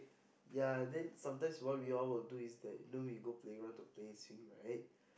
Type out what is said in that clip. ya then sometimes what we all will do is that you know we go playground to play swing right